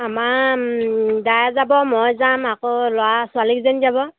আমাৰ দাই যাব মই যাম আকৌ ল'ৰা ছোৱালীকেইজনী যাব